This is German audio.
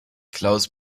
klaus